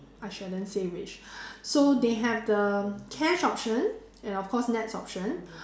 I shouldn't say which so they have the cash option and of course nets option